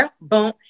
Boom